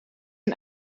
een